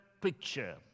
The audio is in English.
picture